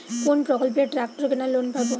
কোন প্রকল্পে ট্রাকটার কেনার লোন পাব?